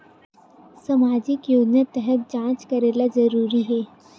सामजिक योजना तहत जांच करेला जरूरी हे